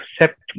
accept